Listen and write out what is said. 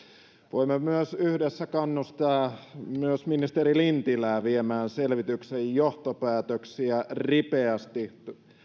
voimme myös yhdessä kannustaa ministeri lintilää viemään selvityksen johtopäätöksiä ripeästi